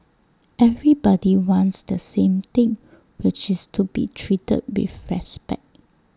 everybody wants the same thing which is to be treated with respect